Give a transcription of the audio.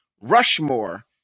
Rushmore